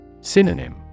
Synonym